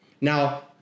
Now